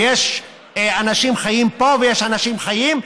ויש אנשים חיים פה ויש אנשים חיים.